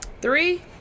Three